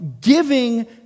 giving